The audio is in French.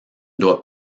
doit